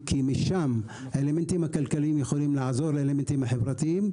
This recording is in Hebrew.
כי האלמנטים הכלכליים יכולים לעזור משם להיבטים החברתיים,